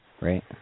right